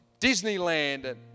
Disneyland